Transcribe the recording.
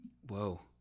Whoa